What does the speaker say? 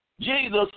Jesus